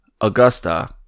Augusta